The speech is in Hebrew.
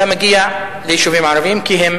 כי הם